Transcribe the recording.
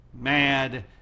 mad